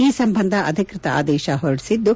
ಈ ಸಂಬಂಧ ಅಧಿಕೃತ ಆದೇಶ ಹೊರಡಿಸಿದ್ದು